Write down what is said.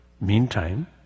meantime